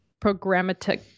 Programmatic